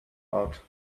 out